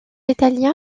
italien